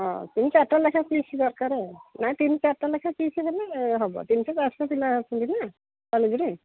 ହଁ ତିନି ଚାରିଟା ଲେଖାଁଏ ପିସ୍ ଦରକାର ଆଉ ନାହିଁ ତିନି ଚାରିଟା ଲେଖାଁଏ ପିସ୍ ହେଲେ ହେବ ତିନିଶହ ଚାଳିଶ ପିଲା ଅଛନ୍ତିନା କଲେଜ୍ରେ